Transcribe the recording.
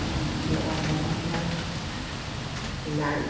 mohanthal લાડુ